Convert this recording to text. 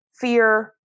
fear